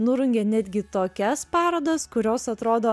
nurungė netgi tokias parodas kurios atrodo